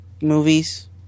movies